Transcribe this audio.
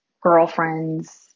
girlfriends